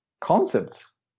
concepts